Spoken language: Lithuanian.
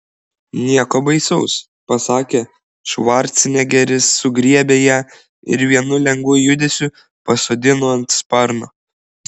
nieko baisaus pasakė švarcnegeris sugriebė ją ir vienu lengvu judesiu pasodino ant sparno